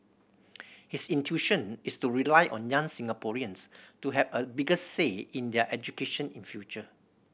his intuition is to rely on young Singaporeans to have a bigger say in their education in future